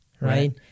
right